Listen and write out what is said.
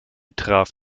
traf